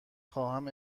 خواهم